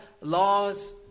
laws